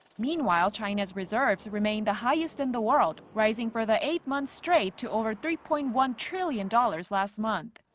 meanwhile china's reserves remained the highest in the world, rising for the eighth month straight to over three point one trillion dollars last month.